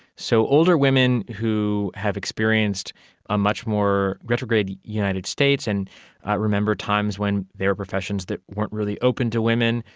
so older women who have experienced a much more retrograde united states and remember remember times when there were professions that weren't really open to women,